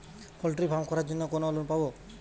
Poultry farm করার জন্য কোন লোন পাব?